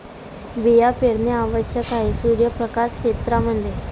बिया पेरणे आवश्यक आहे सूर्यप्रकाश क्षेत्रां मध्ये